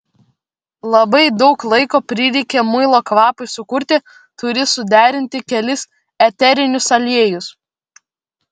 labai daug laiko prireikia muilo kvapui sukurti turi suderinti kelis eterinius aliejus